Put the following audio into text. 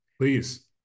Please